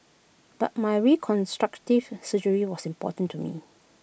but my reconstructive surgery was important to me